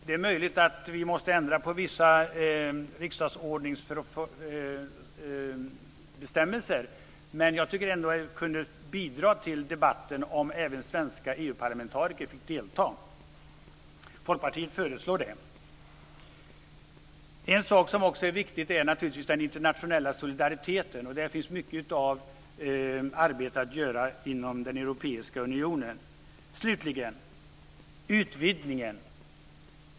Det är möjligt att vi måste ändra på vissa bestämmelser i riksdagsordningen, men jag tror att det skulle bidra till debatten om även svenska EU-parlamentariker fick delta. Folkpartiet föreslår det. En annan mycket viktig sak är den internationella solidariteten. Där finns mycket arbete att göra inom den europeiska unionen. Slutligen vill jag ta upp utvidgningen.